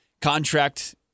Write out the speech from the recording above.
contract